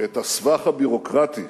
את הסבך הביורוקרטי